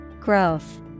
Growth